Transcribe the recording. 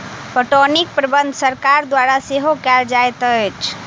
पटौनीक प्रबंध सरकार द्वारा सेहो कयल जाइत अछि